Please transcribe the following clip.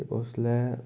ते उसलै